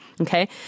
okay